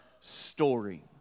story